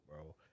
bro